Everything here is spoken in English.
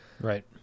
Right